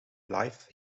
live